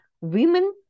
Women